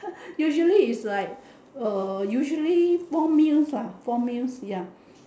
usually is like uh usually four meals ah four meals ya